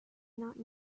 not